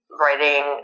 Writing